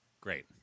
Great